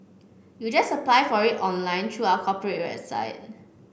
you just apply for it online through our corporate website